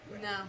No